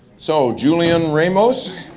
so julian ramos.